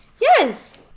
Yes